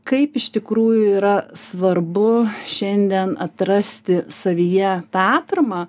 kaip iš tikrųjų yra svarbu šiandien atrasti savyje tą atramą